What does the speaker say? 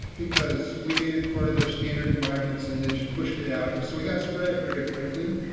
because we made it part of their standard environments and they just pushed it out. and so we got spread very quickly.